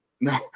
No